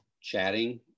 chatting